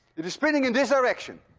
it is spinning in this direction.